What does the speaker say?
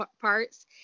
parts